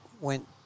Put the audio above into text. went